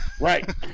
Right